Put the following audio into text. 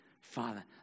Father